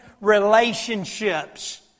relationships